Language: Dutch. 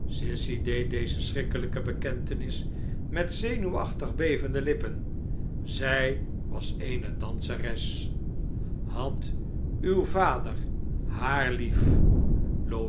sissy deed deze schrikkelijke bekentenis met zenuwachtig bevende lippen zij was eene danseres had uw vader haar lief